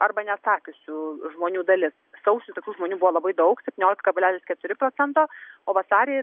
arba neatsakiusių žmonių dalis sausį tokių žmonių buvo labai daug septyniolika kablelis keturi procento o vasarį